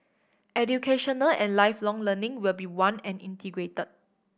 Educational and Lifelong Learning will be one and integrated